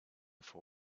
for